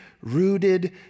rooted